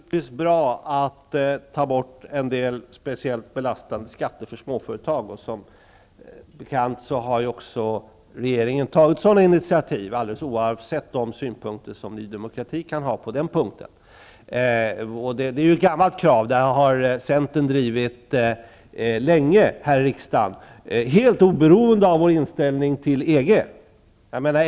Herr talman! Det är naturligtvis bra att ta bort en del speciellt belastande skatter för småföretag. Som bekant har ju regeringen också tagit sådana initiativ, alldeles oavsett de synpunkter som Ny Demokrati kan ha på den punkten. Detta är ett gammalt krav, som centern sedan länge har drivit här i riksdagen, helt oberoende av vår inställning till EG.